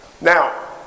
Now